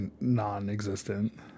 non-existent